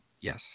yes